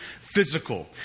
physical